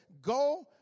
go